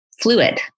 fluid